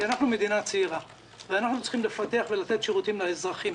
כי אנחנו מדינה צעירה ואנחנו צריכים לפתח ולתת שירותים לאזרחים.